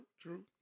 true